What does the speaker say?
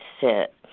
sit